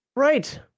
Right